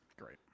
Great